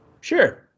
Sure